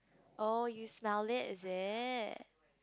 oh you smell it is it